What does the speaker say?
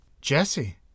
jesse